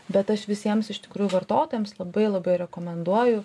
bet aš visiems iš tikrųjų vartotojams labai labai rekomenduoju